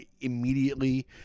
immediately